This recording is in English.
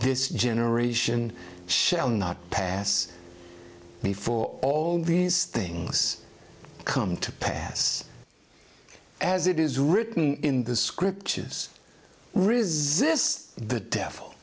this generation shall not pass before all these things come to pass as it is written in the scriptures resist the de